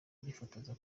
bifotoza